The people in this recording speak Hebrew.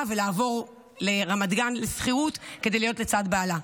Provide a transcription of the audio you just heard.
ולעבור לגור בשכירות ברמת גן כדי להיות לצד בעלה.